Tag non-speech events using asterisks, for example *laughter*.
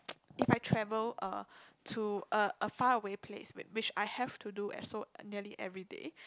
*noise* if I travel uh to a a far away place which I have to do as so nearly every day